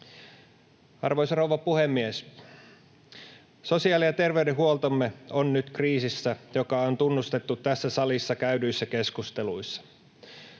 Arvoisa rouva puhemies! Sosiaali- ja terveydenhuoltomme on nyt kriisissä, joka on tunnustettu tässä salissa käydyissä keskusteluissa.